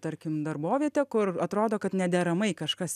tarkim darbovietę kur atrodo kad nederamai kažkas